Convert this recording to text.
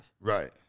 Right